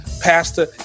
pastor